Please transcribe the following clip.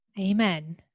Amen